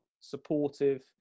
supportive